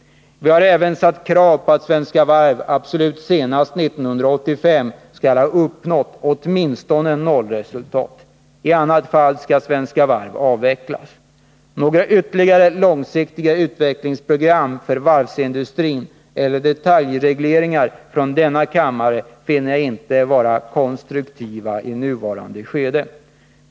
Vi har även ställt krav på att Svenska Varv absolut senast 1985 skall ha uppnått åtminstone noll-resultat. I annat fall skall Svenska Varv avvecklas. Några ytterligare långsiktiga utvecklingsprogram för varvsindustrin eller detaljregleringar från denna kammare finner jag inte vara konstruktiva i nuvarande skede.